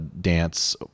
dance